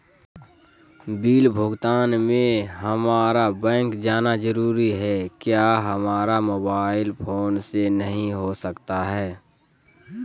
Bill भुगतान में हम्मारा बैंक जाना जरूर है क्या हमारा मोबाइल फोन से नहीं हो सकता है?